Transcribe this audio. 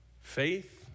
Faith